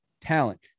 talent